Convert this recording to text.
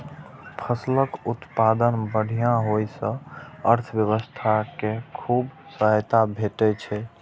फसलक उत्पादन बढ़िया होइ सं अर्थव्यवस्था कें खूब सहायता भेटै छै